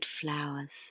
flowers